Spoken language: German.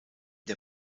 der